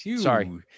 Sorry